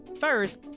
First